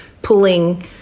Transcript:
pulling